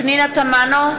פנינה תמנו,